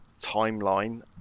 timeline